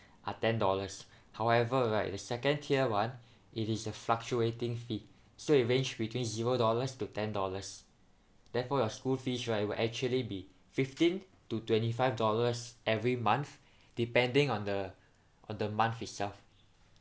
are ten dollars however right the second tier [one] it is a fluctuating fee so it range between zero dollars to ten dollars then for your school fees right will actually be fifteen to twenty five dollars every month depending on the on the month itself